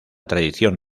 tradición